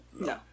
No